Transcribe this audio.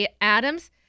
Adams